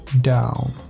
down